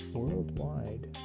worldwide